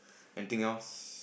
anything else